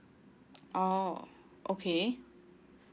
oh okay